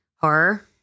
horror